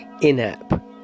in-app